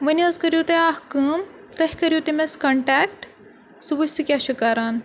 وَنۍ حظ کٔرِو تُہۍ اَکھ کٲم تُہۍ کٔرِو تٔمِس کَنٹیکٹ سُہ وٕچھ سُہ کیٛاہ چھُ کَران